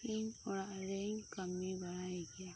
ᱤᱧ ᱚᱲᱟᱜ ᱨᱮᱧ ᱠᱟᱹᱢᱤ ᱵᱟᱲᱟᱭ ᱜᱮᱭᱟ